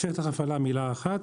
שטח הפעלה במילה אחת,